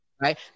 Right